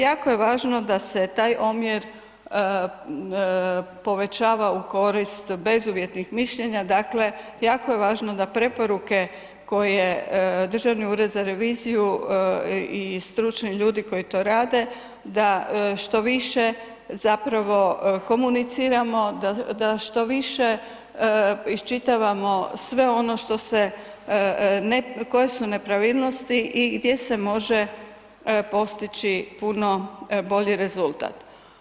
Jako je važno da se taj omjer povećava u korist bezuvjetnih mišljenja, dakle jako je važno na preporuke koje Državni ured za reviziju i stručni ljudi koji to rade, da što više zapravo komuniciramo, da što više iščitavamo sve ono koje su nepravilnosti i gdje se može postići puno bolji rezultat.